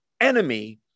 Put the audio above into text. enemy